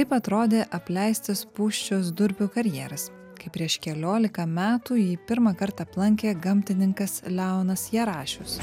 kaip atrodė apleistas pūščios durpių karjeras kai prieš keliolika metų jį pirmą kartą aplankė gamtininkas leonas jarašius